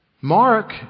Mark